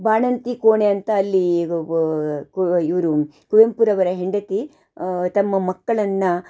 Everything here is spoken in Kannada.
ಬಾಣಂತಿ ಕೋಣೆ ಅಂತ ಅಲ್ಲಿ ಕು ಇವರು ಕುವೆಂಪುರವರ ಹೆಂಡತಿ ತಮ್ಮ ಮಕ್ಕಳನ್ನು